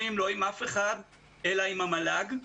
אלא עם המל"ג.